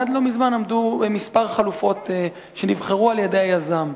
עד לא מזמן עמדו כמה חלופות שנבחרו על-ידי היזם: